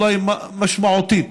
אולי משמעותית,